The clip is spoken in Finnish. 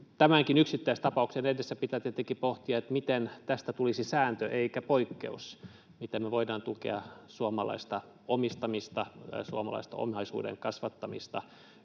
tämänkin yksittäistapauksen edessä pitää tietenkin pohtia, miten tästä tulisi sääntö eikä poikkeus, miten me voidaan tukea suomalaista omistamista, suomalaista omaisuuden kasvattamista